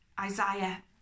Isaiah